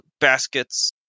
baskets